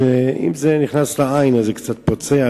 שאם זה נכנס לעין זה קצת פוצע,